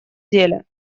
деле